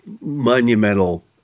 monumental